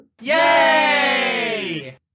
Yay